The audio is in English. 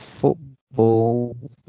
football